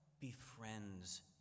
befriends